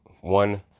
one